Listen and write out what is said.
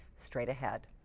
straight ahead.